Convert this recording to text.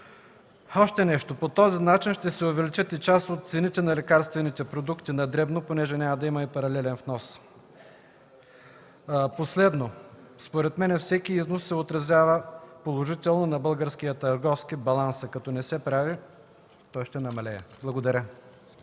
Още нещо. По този начин ще се увеличат и част от цените на лекарствените продукти на дребно, понеже няма да има и паралелен внос. Последно. Според мен всеки износ се отразява положително на българския търговски баланс, а като не се прави той ще намалее. Благодаря.